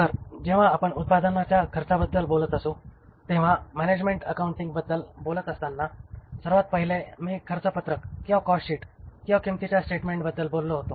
तर जेव्हा आपण उत्पादनाच्या खर्चाबद्दल बोलत असू तेव्हा मॅनॅजमेण्ट अकाउंटिंग बद्दल बोलत असताना सर्वात पहिले मी खर्च पत्रक किंवा किंमतीच्या स्टेटमेन्ट बद्दल बोललो होतो